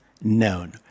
known